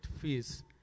fees